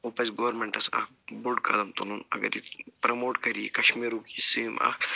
وٕ پَزِ گورمنٛٹَس اَکھ بوٚڈ قدم تُلُن اگر یَتہِ یہِ پرموٹ کَرِ یہِ کَشمیٖرُک یہِ سیم اَکھ